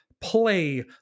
play